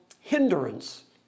hindrance